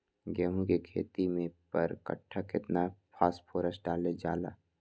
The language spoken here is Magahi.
गेंहू के खेती में पर कट्ठा केतना फास्फोरस डाले जाला?